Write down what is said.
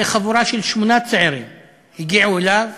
וחבורה של שמונה צעירים הגיעו אליו